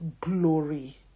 glory